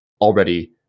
already